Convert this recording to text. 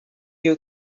you